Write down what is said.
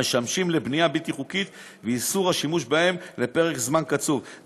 המשמשים לבנייה בלתי חוקית ואיסור השימוש בהם לפרק זמן קצוב.